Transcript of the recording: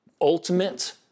ultimate